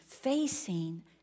facing